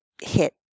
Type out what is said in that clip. hit